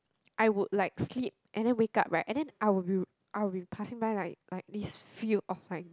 I would like sleep and then wake up right and then I will be I will be passing by like like this field of like